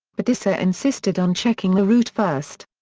but issa insisted on checking the route first.